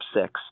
six